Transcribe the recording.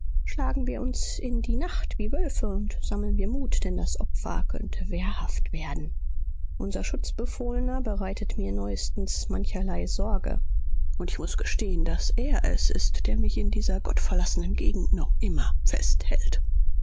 schlagen wir uns in die nacht wie wölfe und sammeln wir mut denn das opfer könnte wehrhaft werden unser schutzbefohlener bereitet mir neuestens mancherlei sorge und ich muß gestehen daß er es ist der mich in dieser gottverlassenen gegend noch immer festhält